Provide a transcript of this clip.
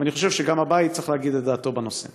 אני חושב שגם הבית צריך להגיד את דעתו בנושא.